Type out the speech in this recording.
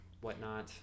whatnot